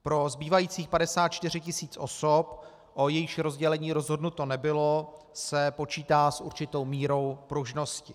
Pro zbývajících 54 tisíc osob, o jejichž rozdělení rozhodnuto nebylo, se počítá s určitou mírou pružnosti.